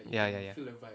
ya ya ya